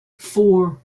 four